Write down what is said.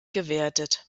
gewertet